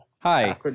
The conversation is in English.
Hi